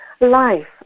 life